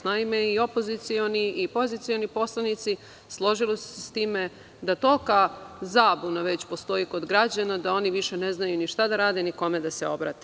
Naime, i opozicioni i pozicioni poslanici složili su se sa time da tolika zabuna već postoji kod građana, da oni više ne znaju ni šta da rade ni kome da se obrate.